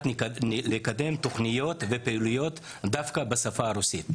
לקדם תוכניות ופעילויות דווקא בשפה הרוסית.